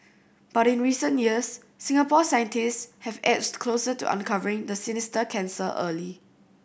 but in recent years Singapore scientists have edged closer to uncovering the sinister cancer early